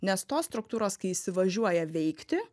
nes tos struktūros kai įsivažiuoja veikti